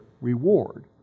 reward